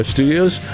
Studios